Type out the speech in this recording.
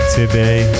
today